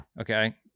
Okay